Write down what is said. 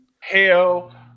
Hell